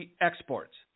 exports